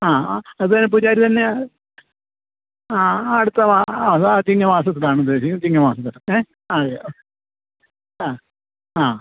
ആ ആ അത് പൂജാരി തന്നെയാ ആ അടുത്ത അതാ ചിങ്ങ മാസത്തിലാണ് ഉദ്ദേശിക്കുന്നത് ചിങ്ങമാസത്തിൽ ഏ അതെ ഒ ആ ആ